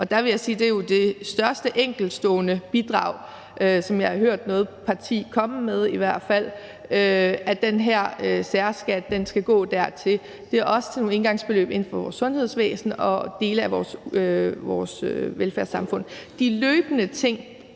og der vil jeg sige, at det er det største enkeltstående bidrag, som jeg har hørt noget parti komme med den her særskat skal gå til – og det er også til nogle engangsbeløb inden for vores sundhedsvæsen og dele af vores velfærdssamfund. De løbende ting